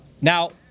now